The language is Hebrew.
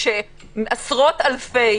כשעשרות אלפי